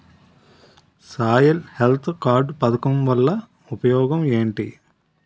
Soil health card పథకం వల్ల ఉపయోగం ఏంటి?